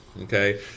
Okay